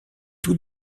tout